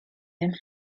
him